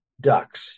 ducks